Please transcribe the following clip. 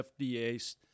FDA